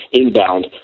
inbound